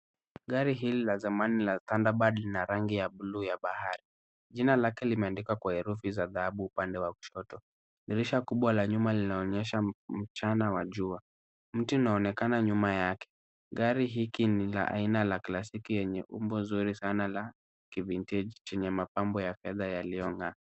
Gari hili la zamani la Kandabird lina rangi ya buluu ya bahari. Jina lake limeandikwa kwa herufi za dhahabu upande wa kushoto. Dirisha kubwa la nyuma linaonyesha mchana wa jua. Mti unaonekana nyuma yake. Gari hiki ni la aina ya klasiki lenye umbo nzuri sana la kivinteji chenye mapambo ya fedha yaliyong'aa.